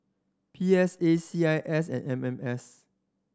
P S A C I S and M M S